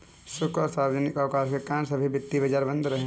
शुक्रवार को सार्वजनिक अवकाश के कारण सभी वित्तीय बाजार बंद रहे